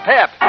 Pep